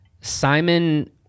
Simon